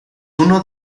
uno